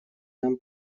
нам